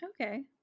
okay